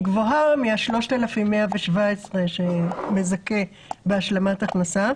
שהיא גבוהה מה-3,117 שמזכה בהשלמת הכנסה.